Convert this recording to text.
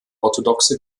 orthodoxe